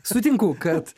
sutinku kad